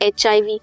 HIV